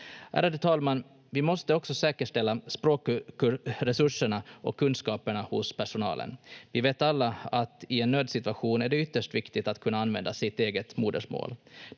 Ärade talman! Vi måste också säkerställa språkresurserna och kunskaperna hos personalen. Vi vet alla att det i en nödsituation är ytterst viktigt att kunna använda sitt eget modersmål.